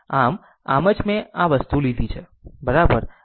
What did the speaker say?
આમ આમ જ મેં આ વસ્તુ લીધી છે બરાબર